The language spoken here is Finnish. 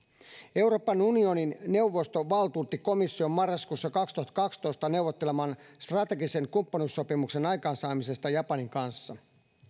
euroopan unionin neuvosto valtuutti komission marraskuussa kaksituhattakaksitoista neuvottelemaan strategisen kumppanuussopimuksen aikaansaamisesta japanin kanssa